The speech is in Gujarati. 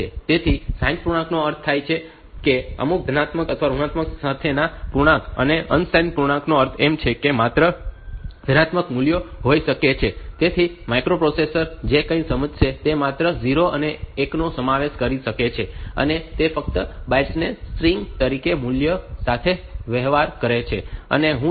તેથી સાઇન્ડ પૂર્ણાંકનો અર્થ થાય છે અમુક ધનાત્મક અથવા ઋણાત્મક સાથેના પૂર્ણાંક અને અનસાઈન્ડ પૂર્ણાંકનો અર્થ છે કે તેઓ માત્ર ધનાત્મક મૂલ્યો હોઈ શકે છે તેથી માઇક્રોપ્રોસેસર જે કંઈ સમજશે તે માત્ર 0 અને એકનો સમાવેશ કરશે અને તે ફક્ત બાઇટ્સ ની સ્ટ્રીંગ્સ તરીકે મૂલ્યો સાથે વહેવાર કરે છે અને હું તેનો ઉપયોગ કરું છું